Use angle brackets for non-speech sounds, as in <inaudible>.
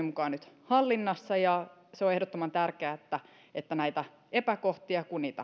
<unintelligible> mukaan nyt hallinnassa on ehdottoman tärkeää että kun näitä epäkohtia